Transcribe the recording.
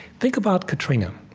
think about katrina.